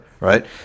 right